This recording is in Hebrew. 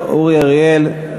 השר אורי אריאל.